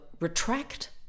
retract